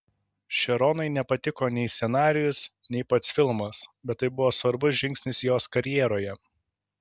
šeronai nepatiko nei scenarijus nei pats filmas bet tai buvo svarbus žingsnis jos karjeroje